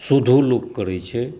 शोधो लोक करै छै